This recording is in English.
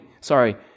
sorry